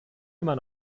immer